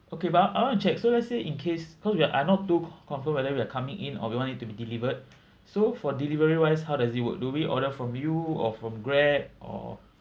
okay but I I want to check so let's say in case cause we are I not too confirm whether we are coming in or we want it to be delivered so for delivery wise how does it work do we order from you or from grab or